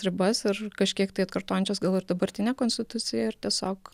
ribas ir kažkiek tai atkartojančias gal ir dabartinę konstituciją ir tiesiog